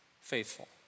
Faithful